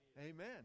amen